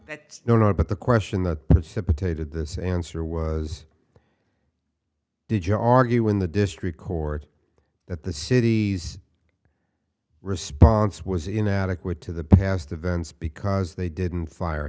that's no no but the question that potato this answer was did you argue in the district court that the city's response was inadequate to the past events because they didn't fire